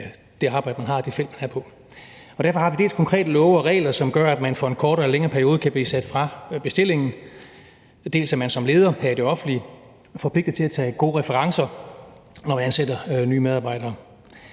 det arbejde, man har, og det felt, man er på. Derfor har vi dels konkrete love og regler, som gør, at man for en kortere eller længere periode kan blive sat fra bestillingen, dels at man som leder her i det offentlige er forpligtet til at tage gode referencer, når der skal ansættes nye medarbejdere.